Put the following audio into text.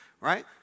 right